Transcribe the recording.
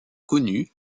connue